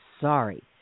sorry